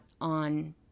on